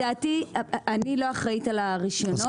אני לא אחראית על הרישיונות,